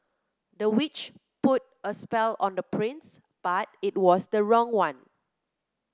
the witch put a spell on the prince but it was the wrong one